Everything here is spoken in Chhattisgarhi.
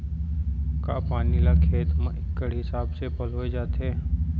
का पानी ला खेत म इक्कड़ हिसाब से पलोय जाथे?